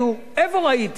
איפה ראיתי את זה?